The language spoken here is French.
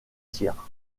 cyr